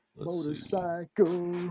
Motorcycle